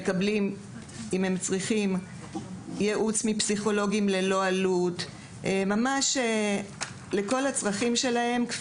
הם מקבלים ייעוץ פסיכולוגי ללא עלות על מנת לענות לכל הצרכים שלהם.